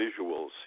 visuals